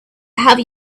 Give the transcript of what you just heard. have